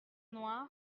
noires